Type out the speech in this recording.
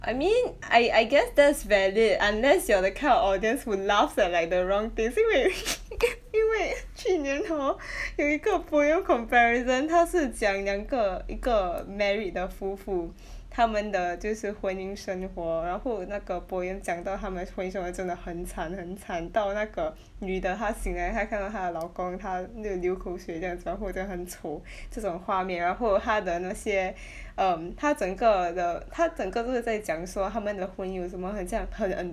I mean I I guess that's valid unless you're the kind of audience who laughs like at the wrong things 因为 因为去年 hor 有一个 poem comparison 他是讲两个一个 married 的夫妇 他们的就是婚姻生活然后那个 poem 讲到他们婚姻生活真的很惨很惨到那个 女的她醒来她看到她的老公他又流口水在床或者很丑 这种画面然后他的那些 um 他整个的他整个都是在讲说他们的婚姻有什么很像很 en~